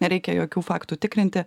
nereikia jokių faktų tikrinti